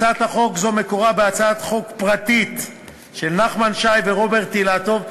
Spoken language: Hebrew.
הצעת חוק זו מקורה בהצעת חוק פרטית של נחמן שי ורוברט אילטוב.